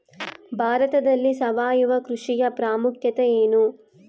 ಭಾರತದಲ್ಲಿ ಸಾವಯವ ಕೃಷಿಯ ಪ್ರಾಮುಖ್ಯತೆ ಎನು?